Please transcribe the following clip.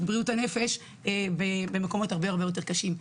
בריאות הנפש במקומות הרבה יותר קשים.